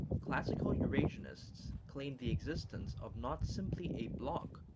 classical eurasianists claimed the existence of not simply a bloc,